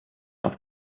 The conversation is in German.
auf